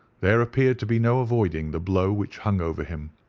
there appeared to be no avoiding the blow which hung over him.